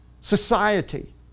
society